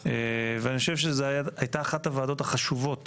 אני חושב שזאת היתה אחת הוועדה החשובות